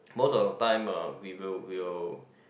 most of the time uh we will we will